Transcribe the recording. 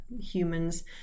humans